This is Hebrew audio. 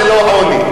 קודם כול, זה לא עוני.